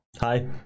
hi